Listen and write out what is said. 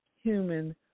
human